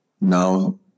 now